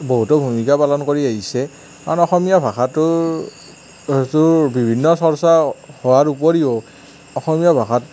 বহুতো ভূমিকা পালন কৰি আহিছে কাৰণ অসমীয়া ভাষাটোৰ বিভিন্ন চৰ্চা হোৱাৰ উপৰিও অসমীয়া ভাষাটো